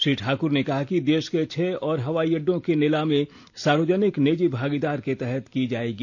श्री ठाकर ने कहा कि देश के छह और हवाई अड्डो की निलामी सार्वजनिक निजी भागीदारी के तहत की जाएगी